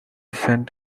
sent